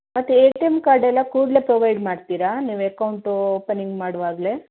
ಮತ್ತೆ A T M ಕಾರ್ಡೆಲ್ಲ ಕೂಡಲೇ ಪ್ರೊವೈಡ್ ಮಾಡ್ತೀರಾ ನೀವು ಅಕೌಂಟ್ ಓಪನಿಂಗ್ ಮಾಡುವಾಗಲೇ